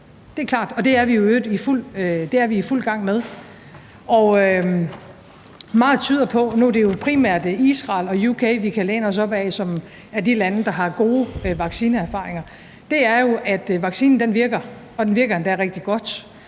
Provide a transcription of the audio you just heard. Det er klart, og det er vi i fuld gang med, og meget tyder jo på – nu er det jo primært Israel og UK, vi kan læne os op ad som lande, der har gode vaccineerfaringer – at vaccinen virker, og den virker endda rigtig godt.